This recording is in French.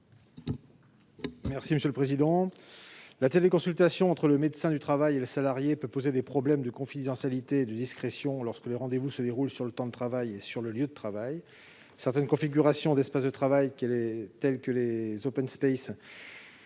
parole est à M. Éric Gold. La téléconsultation entre le médecin du travail et le salarié peut poser des problèmes de confidentialité et de discrétion lorsque le rendez-vous se déroule sur le temps de travail et sur le lieu de travail. Certaines configurations d'espace de travail, tels les, accentuent